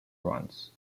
runs